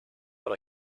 but